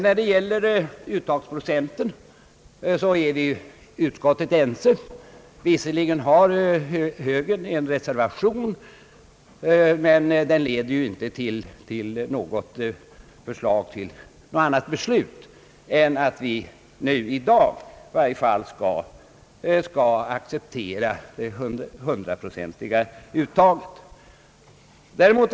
När det gäller uttagsprocenten är utskottet enigt. Visserligen har högern en reservation, men den leder ju inte till något annat förslag eller något annat beslut än att vi nu i dag i varje fall skall acceptera det hundraprocentiga uttaget.